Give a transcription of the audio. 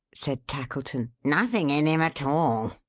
said tackleton. nothing in him at all.